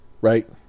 right